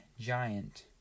giant